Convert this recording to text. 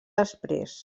després